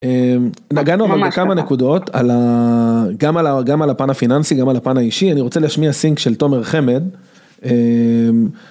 נגענו בכמה נקודות גם על הפן הפיננסי גם על הפן האישי אני רוצה להשמיע סינק של תומר חמד.